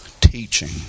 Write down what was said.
teaching